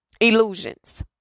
illusions